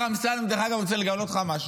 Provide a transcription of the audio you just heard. השר אמסלם, דרך אגב, אני רוצה לגלות לך משהו: